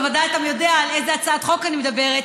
בוודאי אתה יודע על איזו הצעת חוק אני מדברת,